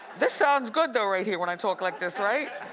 this sounds good, though, right here, when i talk like this, right?